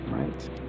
Right